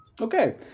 okay